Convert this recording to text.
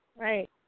right